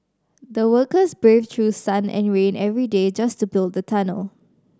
the workers braved through sun and rain every day just to build the tunnel